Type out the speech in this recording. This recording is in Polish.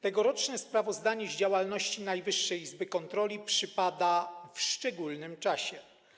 Tegoroczne sprawozdanie z działalności Najwyższej Izby Kontroli przypada w szczególnym czasie.